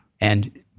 And-